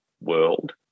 world